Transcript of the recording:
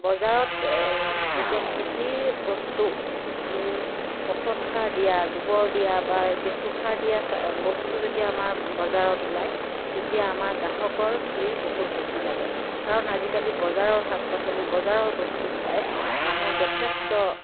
বজাৰত যেতিয়া খেতিৰ বস্তু আমি পচন সাৰ দিয়া গোবৰ দিয়া বা কেঁচুসাৰ দিয়া বস্তু যেতিয়া আমাৰ বজাৰত ওলায় তেতিয়া আমাৰ গ্ৰাহকৰ ভিৰ বহুত বেছি লাগে কাৰণ আজিকালি বজাৰৰ শাক পাচলি বজাৰৰ বস্তু খাই মানুহ যথেষ্ট